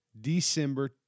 December